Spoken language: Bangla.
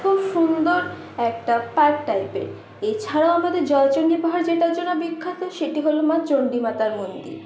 খুব সুন্দর একটা পার্ক টাইপের এছাড়া আমাদের জয়চন্ডী পাহাড় যেটার জন্য বিখ্যাত সেটি হল মা চণ্ডী মাতার মন্দির